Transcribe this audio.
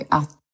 att